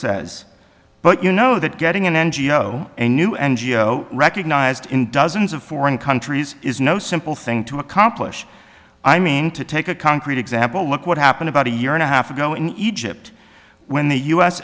says but you know that getting an ngo a new and geo recognised in dozens of foreign countries is no simple thing to accomplish i mean to take a concrete example look what happened about a year and a half ago in egypt when the u